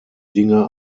dinge